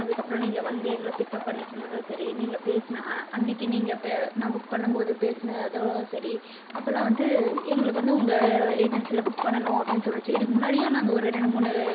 அதுக்கப்புறம் நீங்கள் வந்து எங்களை பிக்கப் பண்ணிக்கும்போதும் சரி நீங்கள் பேசின அன்றைக்கு நீங்கள் பே நான் புக் பண்ணும்போது பேசின இதுவும் சரி அப்பெல்லாம் வந்து எங்களுக்கு வந்து உங்கள் ஏஜென்சியில புக் பண்ணணும் அப்படின்னு சொல்லுச்சு இதுக்கு முன்னாடியும் நாங்கள் ஒரு ரெண்டு மூணு